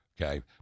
okay